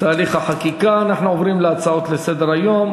תהליך החקיקה ואנחנו עוברים להצעות לסדר-היום.